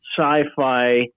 sci-fi